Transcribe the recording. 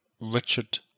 Richard